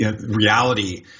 reality